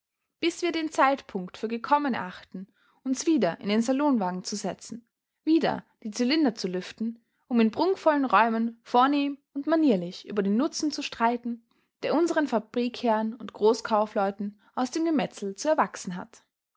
bis wir den zeitpunkt für gekommen erachten uns wieder in den salonwagen zu setzen wieder die zylinder zu lüften um in prunkvollen räumen vornehm und manierlich über den nutzen zu streiten der unseren fabrikherrn und großkaufleuten aus dem gemetzel zu erwachsen hat